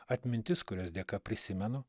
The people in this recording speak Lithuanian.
atmintis kurios dėka prisimenu